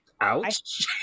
ouch